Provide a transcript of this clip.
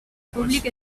públic